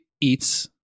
eats